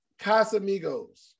Casamigos